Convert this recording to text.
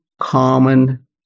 common